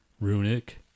runic